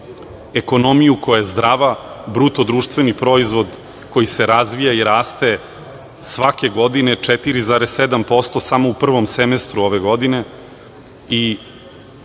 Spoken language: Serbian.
ekonomiju koja je zdrava, BDP koji se razvija i raste svake godine 4.7% samo u prvom semestru ove godine, i